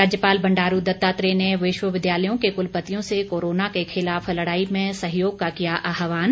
राज्यपाल बंडारू दत्तात्रेय ने विश्वविद्यालयों के कुलपतियों से कोरोना के खिलाफ लड़ाई में सहयोग का किया आहवान